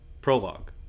prologue